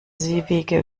seewege